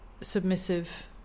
submissive